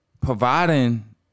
Providing